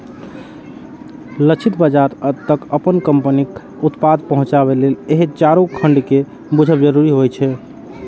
लक्षित बाजार तक अपन कंपनीक उत्पाद पहुंचाबे लेल एहि चारू खंड कें बूझब जरूरी होइ छै